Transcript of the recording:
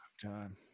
time